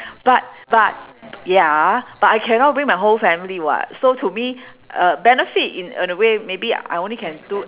but but b~ ya but I cannot bring my whole family [what] so to me uh benefit in a a way maybe I only can do